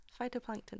Phytoplankton